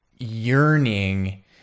yearning